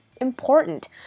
important